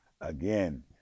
Again